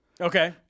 Okay